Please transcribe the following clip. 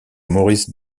maurice